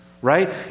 Right